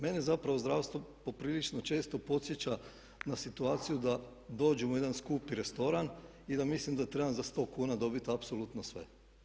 Mene zapravo zdravstvo poprilično često podsjeća na situaciju da dođemo u jedan skupi restoran i da mislim da trebam za sto kuna dobiti apsolutno sve.